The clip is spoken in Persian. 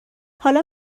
حالا